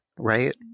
right